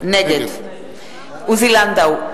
נגד עוזי לנדאו,